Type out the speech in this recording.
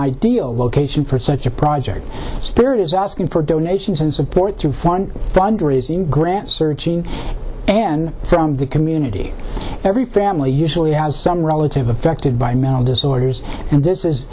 ideal location for such a project spirit is asking for donations and support to fund fundraising grants searching and from the community every family usually has some relative affected by mental disorders and this is